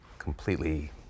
completely